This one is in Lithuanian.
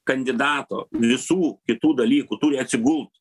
kandidato visų kitų dalykų turi atsigult